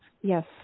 Yes